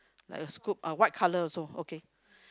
like a scoop uh white colour also okay